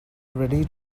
ready